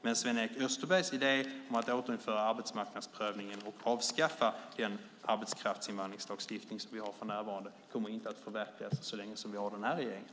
Men Sven-Erik Österbergs idé om att återinföra arbetsmarknadsprövningen och avskaffa den arbetskraftsinvandringslagstiftning som vi har för närvarande kommer inte att förverkligas så länge vi har den här regeringen.